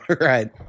right